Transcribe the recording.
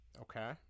Okay